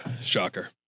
Shocker